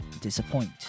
disappoint